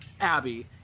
abby